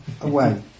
Away